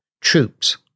Troops